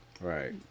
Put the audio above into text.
Right